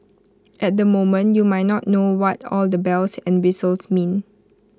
at the moment you might not know what all the bells and whistles mean